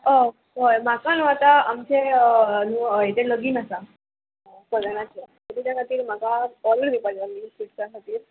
हय हय म्हाका न्हू आतां आमचें न्हू हय तें लगीन आसा कजनाचें ताच्या खातीर म्हाका कॉल दिवपाचें न्ही फुट्सां खातीर